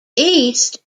east